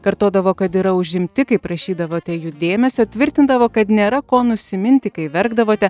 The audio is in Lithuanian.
kartodavo kad yra užimti kaip prašydavote jų dėmesio tvirtindavo kad nėra ko nusiminti kai verkdavote